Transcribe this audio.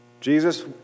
Jesus